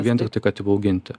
vien tiktai kad įbauginti